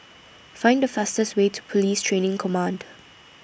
Find The fastest Way to Police Training Command